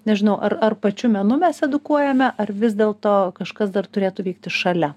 nežinau ar ar pačiu menu mes edukuojame ar vis dėlto kažkas dar turėtų vykti šalia